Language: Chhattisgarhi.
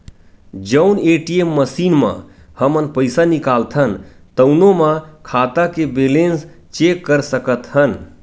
जउन ए.टी.एम मसीन म हमन पइसा निकालथन तउनो म खाता के बेलेंस चेक कर सकत हन